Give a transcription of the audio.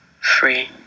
free